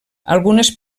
algunes